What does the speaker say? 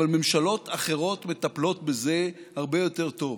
אבל ממשלות אחרות מטפלות בזה הרבה יותר טוב: